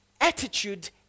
attitude